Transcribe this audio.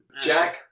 Jack